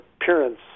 appearance